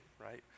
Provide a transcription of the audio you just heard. right